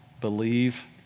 believe